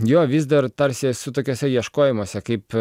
jo vis dar tarsi esu tokiuose ieškojimuose kaip